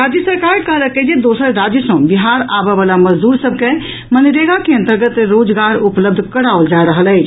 राज्य सरकार कहलक अछि जे दोसर राज्य सँ बिहार आबय वला मजदूर सभ के मनरेगा के अन्तर्गत रोजगार उपलब्ध कराओल जा रहल अछि